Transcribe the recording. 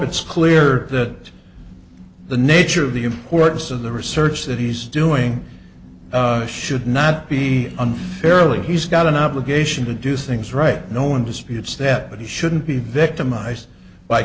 it's clear that the nature of the importance of the research that he's doing should not be unfairly he's got an obligation to do things right no one disputes that but he shouldn't be victimized by